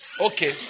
Okay